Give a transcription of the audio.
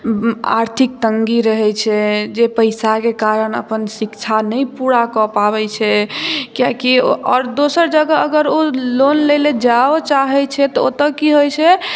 आर्थिक तङ्गी रहैत छै जे पैसाके कारण अपन शिक्षा नहि पूरा कऽ पाबैत छै कियाकि आओर दोसर जगह अगर ओ लोन लै लऽ जाइयो चाहैत छै तऽ ओतय की होइ छै